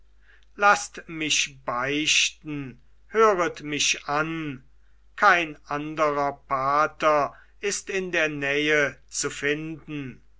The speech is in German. laßt mich beichten höret mich an kein anderer pater ist in der nähe zu finden